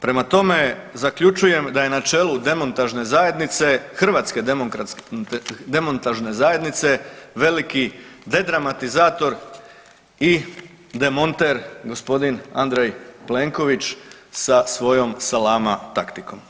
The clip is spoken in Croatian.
Prema tome, zaključujem da je na čelu demontažne zajednice, hrvatske demontažne zajednice veliki dedramatizator i demonter gospodin Andrej Plenković sa svojom salama taktikom.